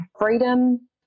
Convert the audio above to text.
freedom